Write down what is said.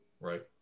Right